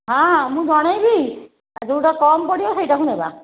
ହଁ ହଁ ମୁଁ ଜଣାଇବି ଆଉ ଯେଉଁଟା କମ୍ ପଡ଼ିବ ସେଇଟାକୁ ନେବା